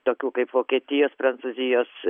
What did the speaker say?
tokių kaip vokietijos prancūzijos